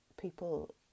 people